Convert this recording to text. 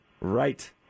right